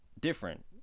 different